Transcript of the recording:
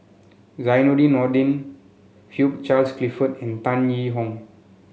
Zainudin Nordin Hugh Charles Clifford and Tan Yee Hong